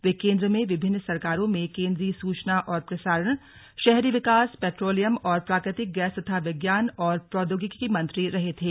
वे केन्द्र में विभिन्न सरकारों में केंद्रीय सूचना और प्रसारण शहरी विकास पेट्रोलियम और प्राकृतिक गैस तथा विज्ञान और प्रौद्योगिकी मंत्री रहे थे